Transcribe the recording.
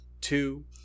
two